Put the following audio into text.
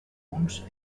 punts